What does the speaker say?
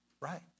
right